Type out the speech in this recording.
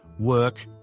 work